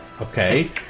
Okay